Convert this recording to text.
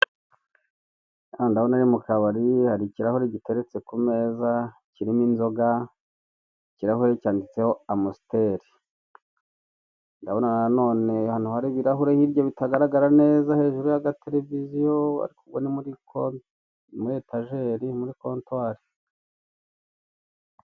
Hano ndabona ari mu kabari, hari ikirahure giteretse ku meza kirimo inzoga, ikirahure cyanditseho amusiteri. Ndabona nanone ahantu hari ibirahure hirya bitagaragara neza hejuru y'aga televiziyo, ariko ubwo ni muri etajeri, ni muri kontwari.